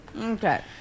Okay